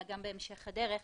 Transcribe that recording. אלא גם בהמשך הדרך.